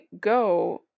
go